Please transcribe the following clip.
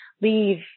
leave